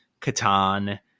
Catan